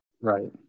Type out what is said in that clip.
Right